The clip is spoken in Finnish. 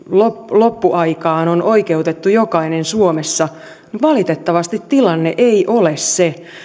loppuaikaan on oikeutettu jokainen suomessa niin valitettavasti tilanne ei ole se